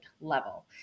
level